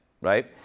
right